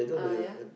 ah yeah